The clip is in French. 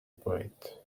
poète